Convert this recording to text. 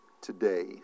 today